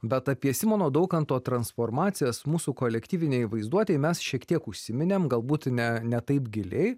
bet apie simono daukanto transformacijas mūsų kolektyvinėj vaizduotėj mes šiek tiek užsiminėm galbūt ne ne taip giliai